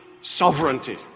sovereignty